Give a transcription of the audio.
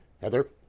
Heather